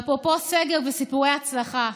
ואפרופו סגר וסיפורי הצלחה,